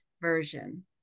version